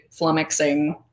flummoxing